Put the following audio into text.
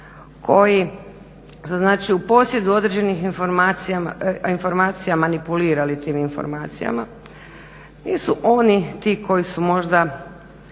koji su znači u posjedu određenih informacija, manipulirali tim informacijama. Nisu oni ti koji su možda